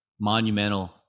monumental